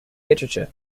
literature